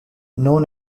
known